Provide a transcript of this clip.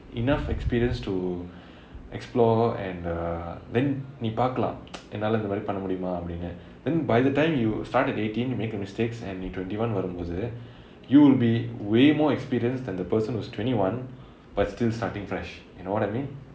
enough experience to explore and err then நீ பார்க்கலாம் என்னாலை இதை பண்ண முடியுமா அப்படினு:nee paarkalaam ennalai ithai panna mudiyumaa appadinu then by the time you start at eighteen you make a mistakes and twenty one வரும்போது:varumpothu you'll be way more experienced than the person who's twenty one but still starting fresh you know what I mean